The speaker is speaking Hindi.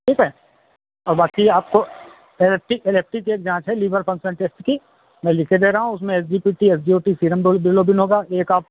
ठीक है औ बाकी आपको L F T L F T की एक जाँच है लीवर फंक्शन टेस्ट की मैं लिखे दे रहा हूँ उसमें S G P T S G O T serum दो गिलोबिन होगा